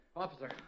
Officer